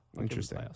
Interesting